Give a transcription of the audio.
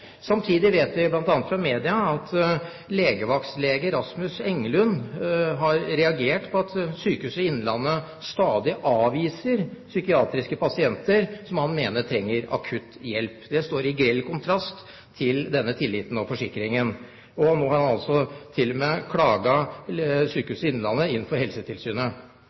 Samtidig vet vi, bl.a. fra media, at legevaktlege Rasmus Englund har reagert på at Sykehuset Innlandet stadig avviser psykiatriske pasienter som han mener trenger akutt hjelp. Det står i grell kontrast til denne tilliten og forsikringen. Nå har han til og med klaget Sykehuset Innlandet inn for Helsetilsynet.